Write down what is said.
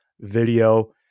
video